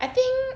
I think